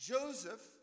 Joseph